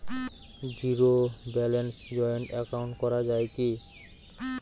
Zero ব্যালেন্সে joint account করা য়ায় কি?